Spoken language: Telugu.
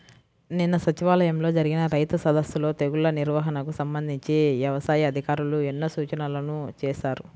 నిన్న సచివాలయంలో జరిగిన రైతు సదస్సులో తెగుల్ల నిర్వహణకు సంబంధించి యవసాయ అధికారులు ఎన్నో సూచనలు చేశారు